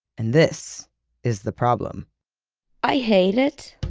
and this is the problem i hate it,